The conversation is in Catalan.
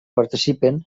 participen